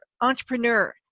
entrepreneur